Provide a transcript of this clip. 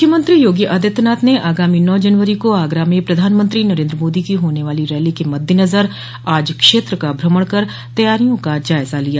मुख्यमंत्री योगी आदित्यनाथ ने आगामी नौ जनवरो को आगरा में प्रधानमंत्री नरेन्द्र मोदी की होने वाली रैली के मददेनजर आज क्षेत्र का भ्रमण कर तैयारियों का जायजा लिया